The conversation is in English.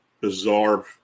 bizarre